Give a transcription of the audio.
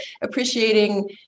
appreciating